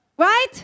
right